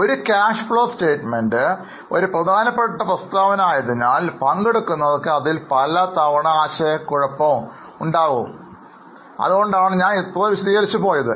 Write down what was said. ഒരു cash flow statementപ്രധാന പ്രസ്താവന ആയതിനാൽ പങ്കെടുക്കുന്നവർക്ക് അതിൽ പലതവണ ആശയക്കുഴപ്പത്തിൽ ആയതിനാലാണ് ഞാൻ കുറച്ചു വിശദമായി പോയത്